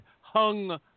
Hung